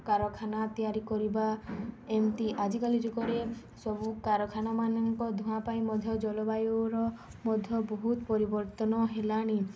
କାରଖାନା ତିଆରି କରିବା ଏମିତି ଆଜିକାଲି ଯୁଗରେ ସବୁ କାରଖାନା ମାନଙ୍କ ଧୂଆଁ ପାଇଁ ମଧ୍ୟ ଜଳବାୟୁର ମଧ୍ୟ ବହୁତ ପରିବର୍ତ୍ତନ ହେଲାଣି